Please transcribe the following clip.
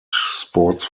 sports